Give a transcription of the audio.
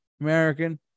American